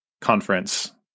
conference